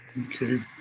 Okay